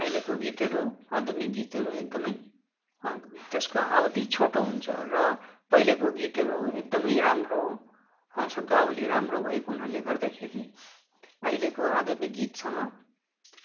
अहिलेको गीतहरू आधुनिक गीतहरू एकदमै त्यसको अवधि छोटो हुन्छ र पहिलेको गीतहरू एकदमै राम्रो शब्दावली राम्रो भएको हुनाले गर्दाखेरि अहिलेको आधुनिक गीतसँग